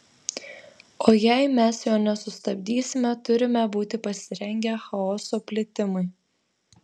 o jei mes jo nesustabdysime turime būti pasirengę chaoso plitimui